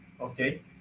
okay